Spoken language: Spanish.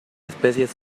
especies